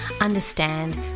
understand